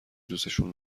دوسشون